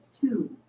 Two